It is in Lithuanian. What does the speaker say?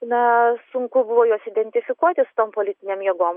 na sunku buvo juos identifikuoti su tom politinėm jėgom